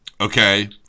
Okay